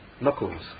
knuckles